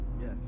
Yes